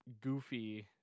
goofy